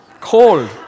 Cold